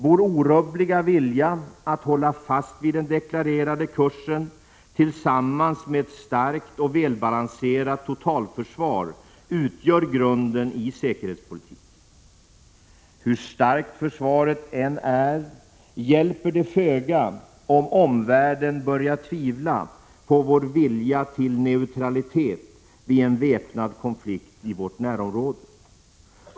Vår orubbliga vilja att hålla fast vid den deklarerade kursen tillsammans med ett starkt och välbalanserat totalförsvar utgör grunden i säkerhetspolitiken. Hur starkt försvaret än är hjälper det föga om omvärlden börjar tvivla på vår vilja till neutralitet vid en väpnad konflikt i vårt närområde.